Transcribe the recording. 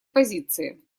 позиции